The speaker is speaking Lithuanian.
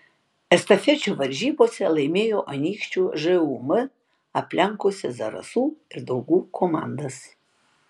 estafečių varžybose laimėjo anykščių žūm aplenkusi zarasų ir daugų komandas